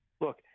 look